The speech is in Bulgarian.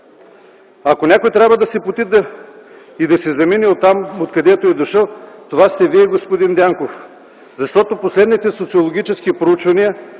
Ако някой трябва да се поти и да си замине там, откъдето е дошъл, това сте Вие, господин Дянков, защото последните социологически проучвания